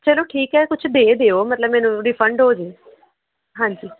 ਚਲੋ ਠੀਕ ਹੈ ਕੁਛ ਦੇ ਦਿਓ ਮਤਲਬ ਮੈਨੂੰ ਰਿਫੰਡ ਹੋ ਜਾਵੇ ਹਾਂਜੀ